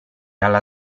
alla